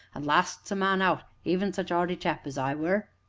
an' lasts a man out even such a earty chap as i were?